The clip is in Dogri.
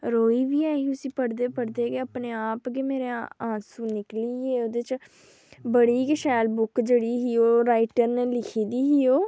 रोई बी ऐ ही उस्सी पढ़दे पढ़दे गै अपने आप गै मेरे आंसू निकली गे ओह्दे च बड़ी गै शैल बुक जेह्ड़ी ही ओह् राइटर ने लिखी दी ही ओह्